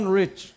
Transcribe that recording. rich